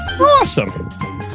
Awesome